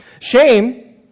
Shame